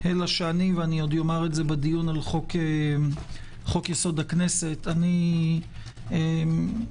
אלא שאני ועוד אומר את זה בדיון על חוק יסוד: הכנסת אני אנקוט